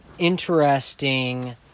interesting